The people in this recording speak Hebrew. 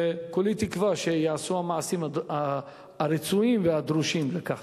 וכולי תקווה שייעשו המעשים הרצויים והדרושים לכך.